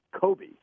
Kobe